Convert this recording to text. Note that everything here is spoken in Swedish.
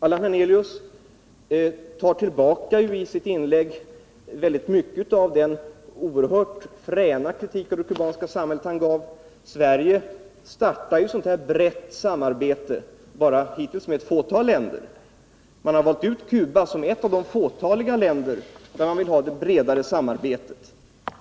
Allan Hernelius tog nu i sitt inlägg tillbaka mycket av den oerhört fräna kritik av det kubanska samhället som han tidigare framförde. Sverige startar ju ett sådant här brett samarbete med bara ett fåtal länder. Man har valt ut Cuba som ett av de fåtaliga länder med vilka man vill har det bredare samarbetet.